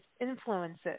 influences